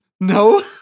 No